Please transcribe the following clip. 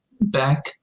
back